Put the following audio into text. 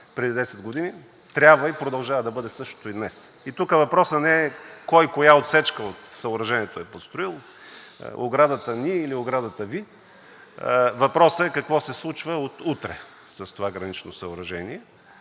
преди 10 години, трябва и продължава да бъде същото и днес. И тук въпросът не е кой коя отсечка от съоръжението е построил – оградата ни или оградата Ви, въпросът е какво се случва от утре с това гранично съоръжение,